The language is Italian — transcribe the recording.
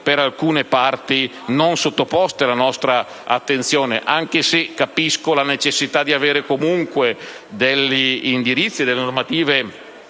per alcune parti non sottoposte alla nostra attenzione, anche se capisco la necessità di avere comunque degli indirizzi e delle normative